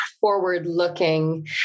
forward-looking